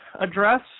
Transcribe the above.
address